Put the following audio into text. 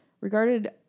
regarded